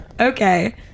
okay